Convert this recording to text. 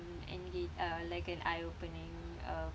engage uh like an eye opening uh